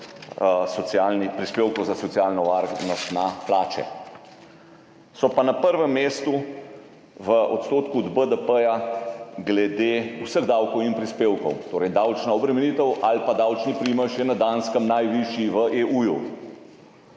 prispevkov za socialno varnost na plače, so pa na prvem mestu v odstotku BDP glede vseh davkov in prispevkov. Torej, davčna obremenitev ali pa davčni primež je na Danskem najvišji v EU,